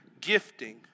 gifting